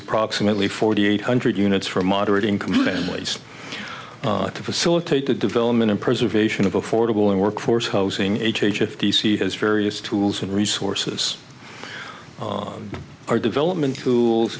approximately forty eight hundred units for moderate income families to facilitate the development and preservation of affordable and workforce housing h h if d c has various tools and resources our development tools